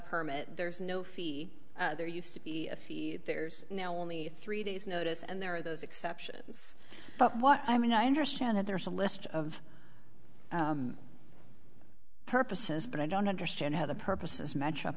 permit there's no fee there used to be a fee there's now only three days notice and there are those exceptions but what i mean i understand that there is a list of purposes but i don't understand how the purposes match up